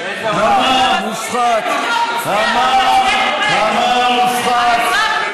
אתה מזכיר לי: הניתוח הצליח והאזרח נפטר.